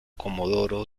comodoro